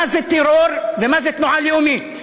מה זה טרור ומה זה תנועה לאומית.